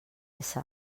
gps